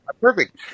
Perfect